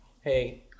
hey